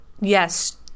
yes